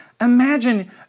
Imagine